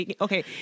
Okay